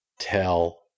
tell